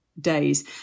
days